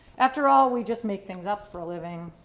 after all, we just make things up for a living.